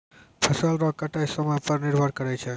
फसल रो कटाय समय पर निर्भर करै छै